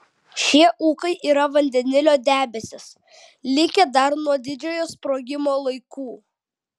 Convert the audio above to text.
šie ūkai yra vandenilio debesys likę dar nuo didžiojo sprogimo laikų